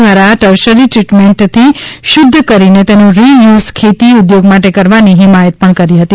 દ્વારા ટર્શરી દ્રીટમેન્ટથી શુદ્ધ કરીને તેનો રિ યુઝ ખેતી ઊદ્યોગ માટે કરવાની હિમાયત કરી હતી